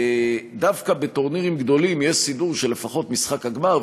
דווקא בטורנירים גדולים יש סידור שלפחות את משחק הגמר,